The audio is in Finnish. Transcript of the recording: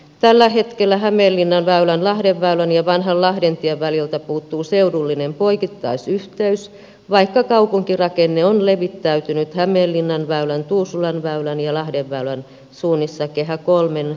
tällä hetkellä hämeenlinnanväylän lahdenväylän ja vanhan lahdentien väliltä puuttuu seudullinen poikittaisyhteys vaikka kaupunkirakenne on levittäytynyt hämeenlinnanväylän tuusulanväylän ja lahdenväylän suunnissa kehä iiin pohjoispuolelle